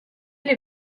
les